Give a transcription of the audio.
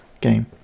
game